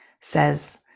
says